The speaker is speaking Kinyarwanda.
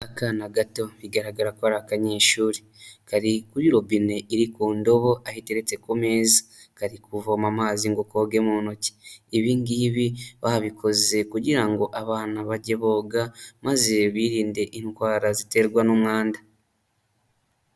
Akana gato bigaragara ko ari kanyeshuri, kari kuri robine iri ku ndobo aho iteretse ku meza, kari kuvoma amazi kugira ngo koge mu ntoki. Ibi ngibi babikoze kugira ngo abana bajye boga maze birinde indwara ziterwa n'umwanda.